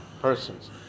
Persons